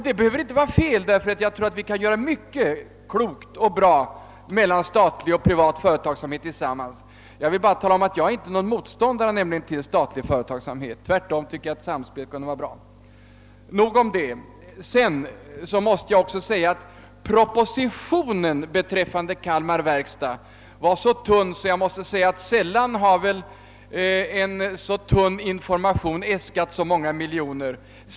Det behöver inte vara fel, ty jag tror att statlig och privat företagsamhet tillsammans kan göra mycket som är bra. Jag är inte någon motståndare till statlig företagsamhet. Tvärtom tycker jag att ett samspel dem emellan kunde vara bra. Nog om detta! Sedan måste jag säga att propositionen beträffande Kalmar verkstads AB var tunn. Sällan har en så tunn information äskat så många miljoner.